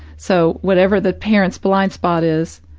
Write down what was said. so whatever the parents blind spot is,